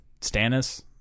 Stannis